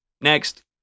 Next